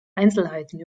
einzelheiten